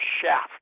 shaft